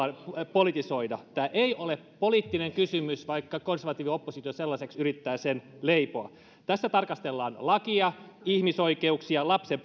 politisoida tämä ei ole poliittinen kysymys vaikka konservatiivi oppositio sellaiseksi yrittää sen leipoa tässä tarkastellaan lakia ihmisoikeuksia lapsen